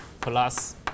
plus